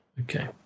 Okay